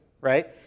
right